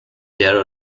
there